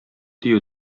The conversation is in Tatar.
дию